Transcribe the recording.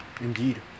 Indeed